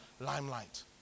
limelight